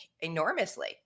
enormously